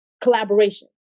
collaboration